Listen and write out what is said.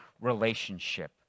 relationship